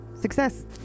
Success